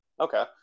okay